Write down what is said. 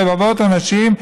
רבבות אנשים,